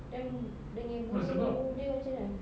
then dengan burung dia macam mana